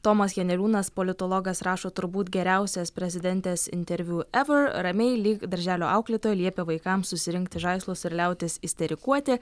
tomas janeliūnas politologas rašo turbūt geriausias prezidentės interviu evor ramiai lyg darželio auklėtoja liepia vaikams susirinkti žaislus ir liautis isterikuoti